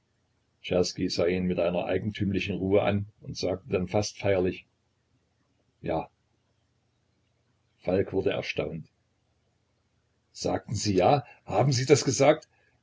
ihn mit einer eigentümlichen ruhe an und sagte dann fast feierlich ja falk wurde erstaunt sagten sie ja haben sie das gesagt